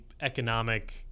economic